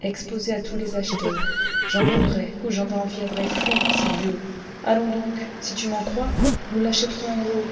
exposée à tous les acheteurs j'en mourrais ou j'en deviendrais fou sylvio allons donc si tu m'en crois nous l'achèterons en gros